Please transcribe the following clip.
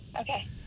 Okay